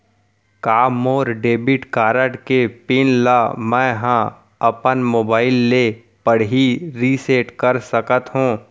का मोर debit card के पिन ल मैं ह अपन मोबाइल से पड़ही रिसेट कर सकत हो?